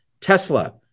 tesla